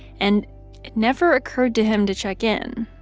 and it never occurred to him to check in.